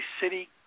city